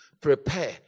prepare